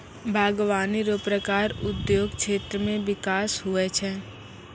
बागवानी रो प्रकार उद्योग क्षेत्र मे बिकास हुवै छै